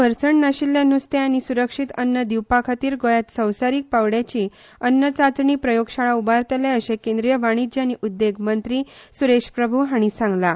भरसण नाशिल्लें नुस्तें आनी सुरक्षीत अन्न दिवपा खातीर गोंयांत संवसारीक पांवड्याची अन्न चांचणी प्रयोगशाळा उबारतले अशें केंद्रीय वाणिज्य आनी उद्देग मंत्री सुरेश प्रभू हांणी सांगलां